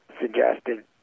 suggested